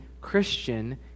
Christian